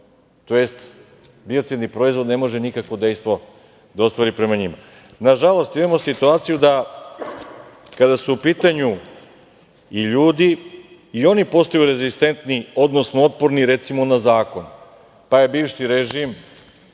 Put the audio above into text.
tj. biocidni proizvod ne može nikakvo dejstvo da ostvari prema njima. Nažalost, imamo situaciju da kada su u pitanju i ljudi i oni postaju rezistentni, odnosno otporni recimo na zakon. Bivši režim